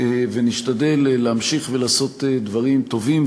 ונשתדל להמשיך ולעשות דברים טובים,